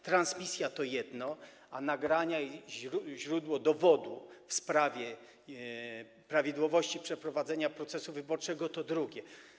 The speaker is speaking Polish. Transmisja to jedno, a nagrania i źródło dowodu w sprawie prawidłowego przeprowadzenia procesu wyborczego to drugie.